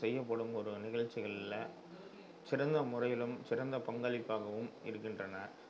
செய்யப்படும் ஒரு நிகழ்ச்சிகளில் சிறந்த முறைகளும் சிறந்த பங்களிப்பாகவும் இருக்கின்றன